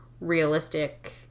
realistic